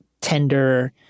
tender